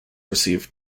receive